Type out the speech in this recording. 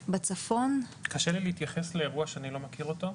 בצפון -- קשה לי להתייחס לאירוע שאני לא מכיר אותו.